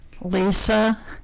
Lisa